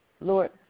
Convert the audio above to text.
Lord